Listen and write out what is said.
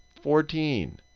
fourteen.